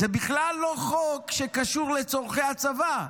שזה בכלל לא חוק שקשור לצורכי הצבא,